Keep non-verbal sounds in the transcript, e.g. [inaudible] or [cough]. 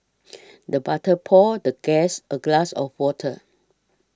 [noise] the butler poured the guest a glass of water